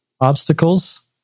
obstacles